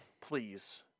please